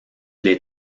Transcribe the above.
les